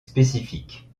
spécifique